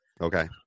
Okay